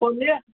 holy heart